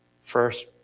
first